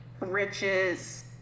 riches